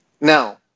Now